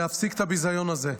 להפסיק את הביזיון הזה.